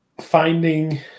finding